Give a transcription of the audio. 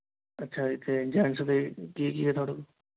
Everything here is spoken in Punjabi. ਅੱਛਾ ਜੀ ਅਤੇ ਇਹ ਜੈਨਟਸ ਦੇ ਕੀ ਕੀ ਹੈ ਤੁਹਾਡੇ